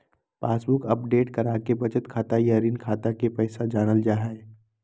passbook update कराके बचत खाता या ऋण खाता के पैसा जानल जा हय